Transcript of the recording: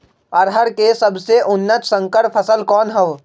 अरहर के सबसे उन्नत संकर फसल कौन हव?